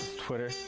twitter.